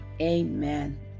Amen